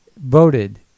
Voted